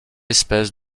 espèce